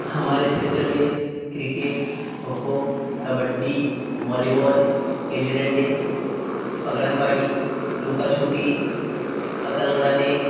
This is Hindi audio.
हमारे क्षेत्र में क्रिकेट खो खो कबड्डी वॉलीबॉल गिल्ली डंडे पकड़म पाटी लुका छुपी पतंग उड़ाने